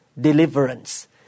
deliverance